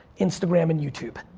instagram and youtube.